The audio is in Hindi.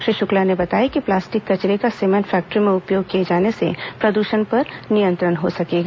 श्री शुक्ला ने बताया कि प्लास्टिक कचरे का सीमेंट फैक्ट्रियों में उपयोग किए जाने से प्रदूषण पर नियंत्रण हो सकेगा